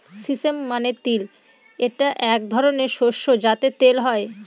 sesame মানে তিল এটা এক ধরনের শস্য যাতে তেল হয়